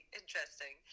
interesting